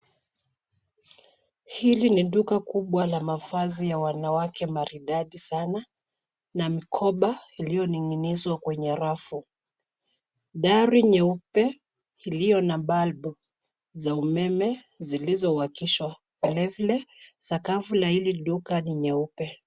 Hili ni duka kubwa la mavazi ya wanawake maridadi sana na mikoba iliyoning'inizwa kwenye rafu. Gari nyeupe iliyo na balbu za umeme zilizowakishwa, vilevile sakafu la hili duka ni nyeupe.